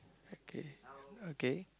okay okay